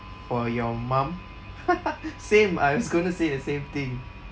for your mum same I was going to say the same thing